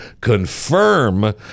confirm